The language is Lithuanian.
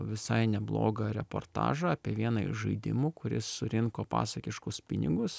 visai neblogą reportažą apie vieną iš žaidimų kuris surinko pasakiškus pinigus